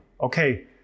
Okay